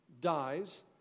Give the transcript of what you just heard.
dies